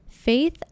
Faith